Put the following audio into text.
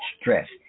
stress